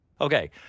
Okay